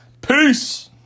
Peace